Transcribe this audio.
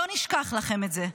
לא נשכח לכם את זה.